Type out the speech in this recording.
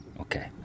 Okay